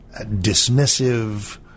dismissive